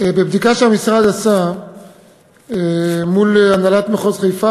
בבדיקה שהמשרד עשה מול הנהלת מחוז חיפה